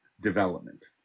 development